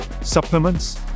supplements